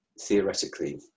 theoretically